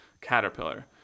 caterpillar